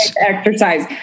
exercise